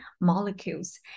Molecules